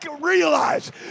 realize